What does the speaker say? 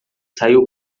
saiu